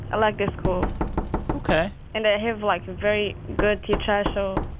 i like this school ok and i have, like, very good teachers. so,